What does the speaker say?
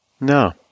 No